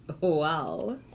Wow